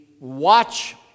Watch